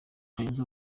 kayonza